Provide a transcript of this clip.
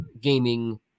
gaming